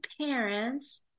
parents